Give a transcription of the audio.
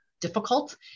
difficult